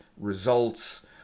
results